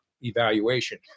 evaluation